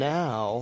now